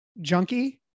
junkie